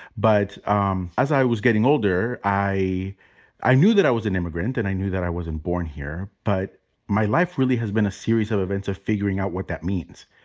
but um as i was getting older, i i knew that i was an immigrant and i knew that i wasn't born here. but my life really has been a series of events of figuring out what that means.